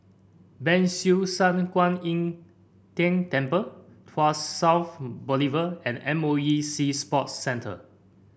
Ban Siew San Kuan Im Tng Temple Tuas South Boulevard and M O E Sea Sports Centre